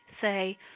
say